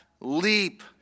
leap